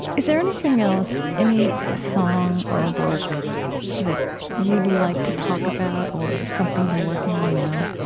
is there anything else, any song or work that you'd like to talk about or something you're working on now?